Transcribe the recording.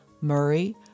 Murray